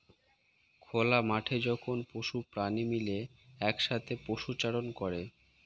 খোলা মাঠে যখন পশু প্রাণী মিলে একসাথে পশুচারণ করে